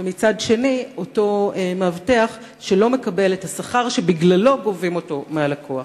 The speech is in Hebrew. ומצד שני אותו מאבטח שלא מקבל את השכר שבגללו גובים אותו מהלקוח.